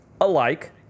alike